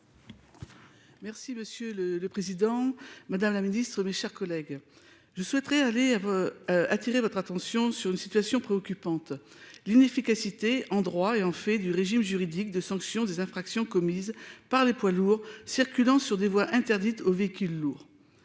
Merci, monsieur le Président Madame la Ministre, mes chers collègues, je souhaiterais aller. Attirer votre attention sur une situation préoccupante. L'inefficacité en droit et en fait du régime juridique de sanction des infractions commises par les poids lourds circulant sur des voies interdite aux véhicules lourds.